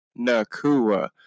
Nakua